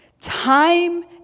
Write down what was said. time